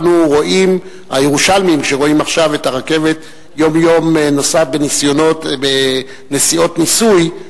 הירושלמים רואים עכשיו את הרכבת יום-יום נוסעת בנסיעות ניסוי,